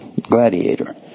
gladiator